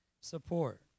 support